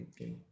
Okay